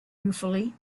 ruefully